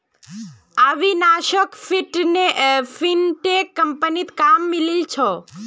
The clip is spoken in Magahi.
अविनाशोक फिनटेक कंपनीत काम मिलील छ